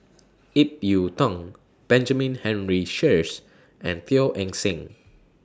Ip Yiu Tung Benjamin Henry Sheares and Teo Eng Seng